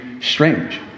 strange